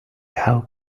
how